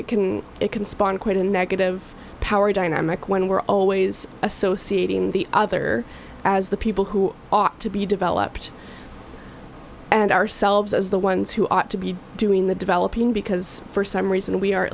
it can it can spawn quite a negative power dynamic when we're always associating the other as the people who ought to be developed and ourselves as the ones who ought to be doing the developing because for some reason we are